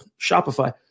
Shopify